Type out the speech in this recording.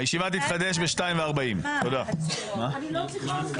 (הישיבה נפסקה בשעה 14:28 ונתחדשה בשעה 14:52.)